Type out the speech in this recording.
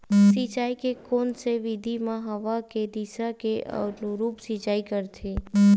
सिंचाई के कोन से विधि म हवा के दिशा के अनुरूप सिंचाई करथे?